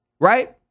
Right